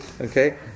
Okay